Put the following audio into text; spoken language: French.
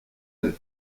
neuf